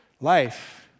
Life